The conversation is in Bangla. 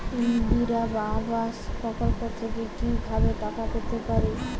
ইন্দিরা আবাস প্রকল্প থেকে কি ভাবে টাকা পেতে পারি?